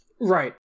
Right